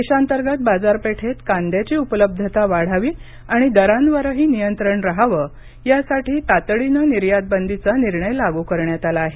देशांतर्गत बाजारपेठेत कांद्याची उपलब्धता वाढावी आणि दरांवरही नियंत्रण रहावं यासाठी तातडीनं निर्यात बंदीचा निर्णय लागू करण्यात आला आहे